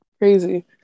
crazy